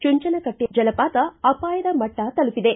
ಚುಂಚನಕಟ್ಟ ಜಲಪಾತ ಅಪಾಯದ ಮಟ್ಟ ತಲುಪಿದೆ